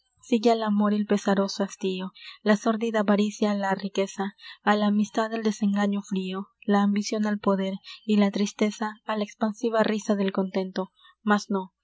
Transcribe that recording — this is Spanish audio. sigue al amor el pesaroso hastío la sórdida avaricia á la riqueza á la amistad el desengaño frio la ambicion al poder y la tristeza á la expansiva risa del contento mas nó mi